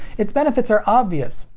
its benefits are obvious.